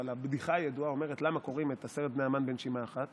אבל הבדיחה הידועה אומרת: למה קוראים את עשרת בני המן בנשימה אחת